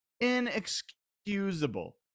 Inexcusable